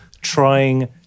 trying